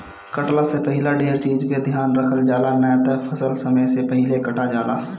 कटला से पहिले ढेर चीज के ध्यान रखल जाला, ना त फसल समय से पहिले कटा जाला